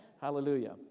Hallelujah